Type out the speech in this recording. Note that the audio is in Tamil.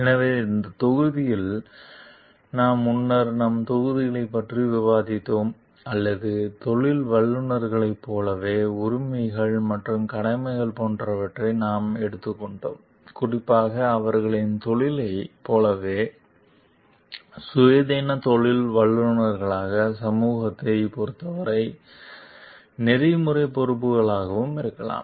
எனவே இந்த தொகுதியில் நாம் முன்னர் நாம் தொகுதிகள் பற்றி விவாதித்தோம் அல்லது தொழில் வல்லுநர்களைப் போலவே உரிமைகள் மற்றும் கடமைகள் போன்றவற்றை நாம் எடுத்துக் கொண்டோம் குறிப்பாக அவர்களின் தொழிலைப் போலவே சுயாதீன தொழில் வல்லுநர்களாகவும் சமூகத்தைப் பொறுத்தவரை நெறிமுறை பொறுப்புகளாகவும் இருக்கலாம்